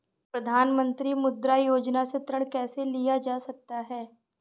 प्रधानमंत्री मुद्रा योजना से ऋण कैसे लिया जा सकता है?